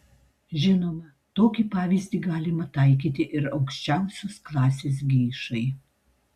žinoma tokį pavyzdį galima taikyti ir aukščiausios klasės geišai